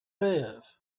live